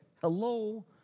hello